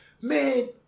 Man